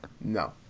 No